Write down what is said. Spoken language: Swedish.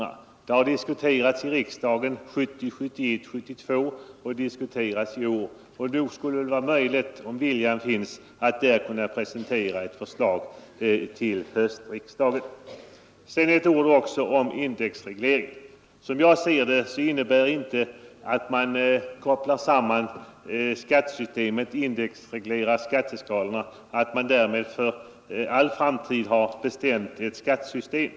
Frågan har diskuterats vid 1970, 1971 och 1972 års riksdagar, och nog skulle det vara möjligt, om viljan fanns, att presentera ett förslag till höstriksdagen. Till slut också några ord om indexreglerade skatteskalor. Som jag ser det innebär en indexreglering av skatteskalorna inte att man för all framtid har bestämt sig för ett visst skattesystem.